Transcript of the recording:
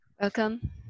Welcome